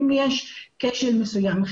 אם יש כשל מסוים,